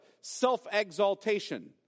self-exaltation